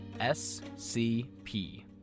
SCP